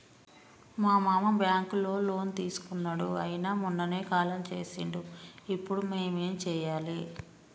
మా మామ బ్యాంక్ లో లోన్ తీసుకున్నడు అయిన మొన్ననే కాలం చేసిండు ఇప్పుడు మేం ఏం చేయాలి?